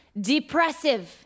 depressive